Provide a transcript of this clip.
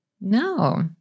No